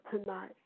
tonight